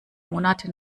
monate